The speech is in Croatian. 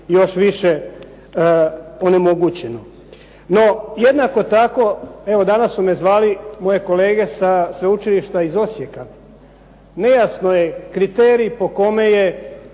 još više onemogućeno. No, jednako tako evo danas su me zvali moje kolege sa sveučilišta iz Osijeka. Nejasno je kriterij po kome je